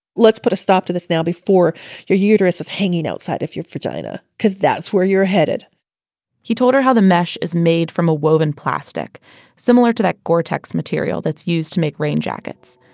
let's put a stop to this now before your uterus is hanging outside of your vagina, because that's where you're headed he told her how the mesh is made from a woven plastic similar to that goretex material that's used to make rain jackets.